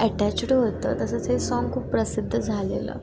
attached होतं तसंच हे सॉन्ग खूप प्रसिद्ध झालेलं